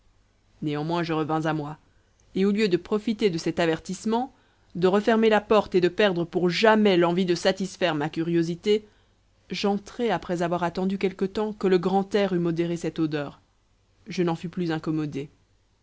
néanmoins je revins à moi et au lieu de profiter de cet avertissement de refermer la porte et de perdre pour jamais l'envie de satisfaire ma curiosité j'entrai après avoir attendu quelque temps que le grand air eût modéré cette odeur je n'en fus plus incommodé